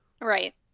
Right